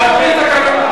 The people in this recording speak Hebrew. מה זה הדיבור הזה?